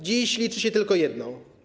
Dziś liczy się tylko jedno.